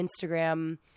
Instagram